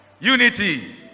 Unity